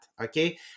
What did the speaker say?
okay